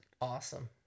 Awesome